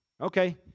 Okay